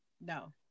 No